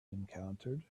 encountered